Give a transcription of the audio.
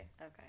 okay